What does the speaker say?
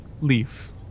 leaf